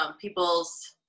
people's